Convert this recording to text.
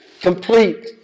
complete